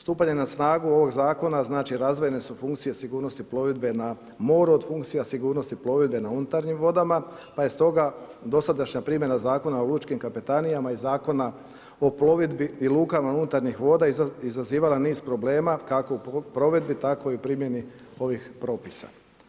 Stupanje na snagu ovog zakona znači razvojne su funkcije sigurnosti plovidbe na moru, funkcija sigurnosti plovidbe na unutarnjim vodama pa je stoga dosadašnja primjena Zakon o lučkim kapetanijama i Zakona o plovidbi i lukama unutarnjih voda izazivala niz problema kako u provedbi tako i u primjeni ovih propisa.